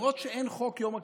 למרות שאין חוק יום הכיפורים.